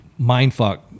mindfuck